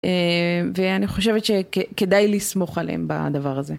אה... ואני חושבת שכ... כדאי לסמוך עליהם בדבר הזה.